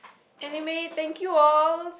anyway thank you all